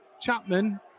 Chapman